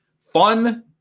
Fun